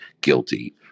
guilty